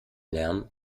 lärm